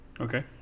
Okay